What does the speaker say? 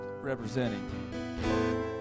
representing